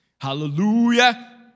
Hallelujah